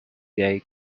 gay